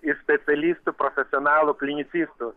į specialistų profesionalų klinicistų